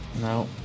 No